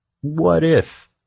what-if